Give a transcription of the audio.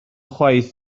chwaith